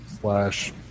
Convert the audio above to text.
slash